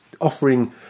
offering